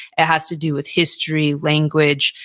it has to do with history, language,